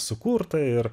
sukurta ir